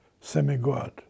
semi-god